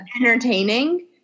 entertaining